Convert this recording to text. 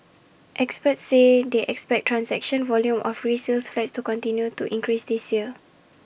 experts say they expect transaction volume of resale flats to continue to increase this year